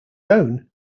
own